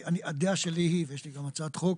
הדעה שלי היא, ויש לי גם הצעת חוק,